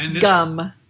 gum